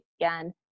again